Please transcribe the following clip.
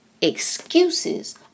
excuses